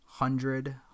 hundred